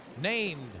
named